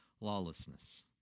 lawlessness